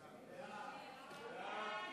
סעיפים 1